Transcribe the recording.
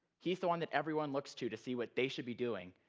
he is the one that everyone looks to, to see what they should be doing,